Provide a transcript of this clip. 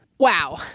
Wow